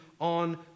on